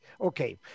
Okay